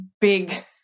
big